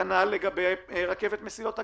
כנ"ל לגבי רכבת "מסילות הגליל"